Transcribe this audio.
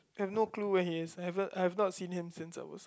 I have no clue when he is I have I have not seen him since I was